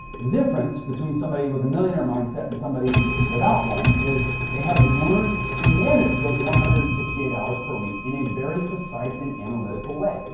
the difference between somebody with a millionaire mindset and somebody without one is they have learned to manage those one hundred and sixty eight hours per week in a very precise and analytical way.